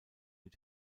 mit